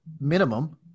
minimum